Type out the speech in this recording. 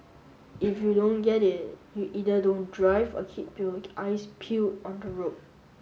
if you don't get it you either don't drive or keep your eyes peeled on the road